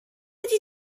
ydy